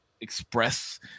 express